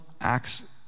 acts